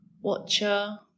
watcher